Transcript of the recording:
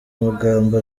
amagambo